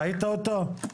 ראית אותו?